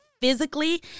physically